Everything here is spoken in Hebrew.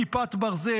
כיפת ברזל,